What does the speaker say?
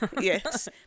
yes